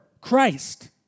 Christ